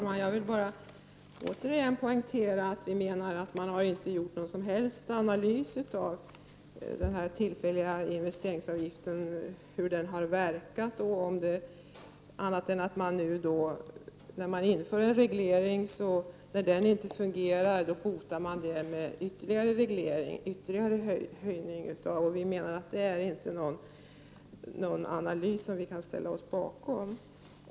Herr talman! Jag ber på nytt att få poängtera att man inte har gjort någon som helst analys av hur den tillfälliga investeringsavgiften har verkat. Man inför en reglering, och när den inte fungerar hotar man med ytterligare regleringsåtgärder. Det är ingen analys som vi kan ställa oss bakom.